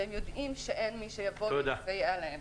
והם יודעים שאין מי שיבוא ויסייע להם.